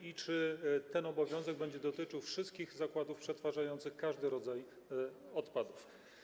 I czy ten obowiązek będzie dotyczył wszystkich zakładów przetwarzających każdy rodzaj odpadów?